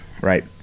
right